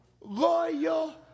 loyal